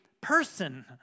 person